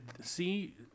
see